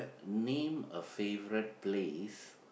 name a favourite place